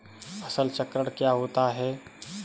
फसल चक्रण क्या होता है?